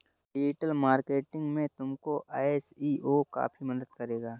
digital marketing में तुमको SEO काफी मदद करेगा